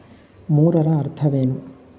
ಮೂರರ ಅರ್ಥವೇನು?